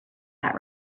that